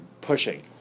pushing